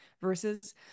versus